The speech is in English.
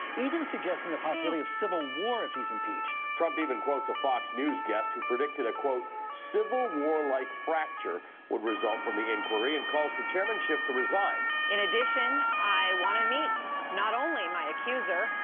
even suggesting the possibility of civil war if he's impeached. trump even quotes a fox news guest who predicted a civil war-like fracture would result from the inquiry and calls for chairman schiff to resign. in addition, i want to meet not only my accuser,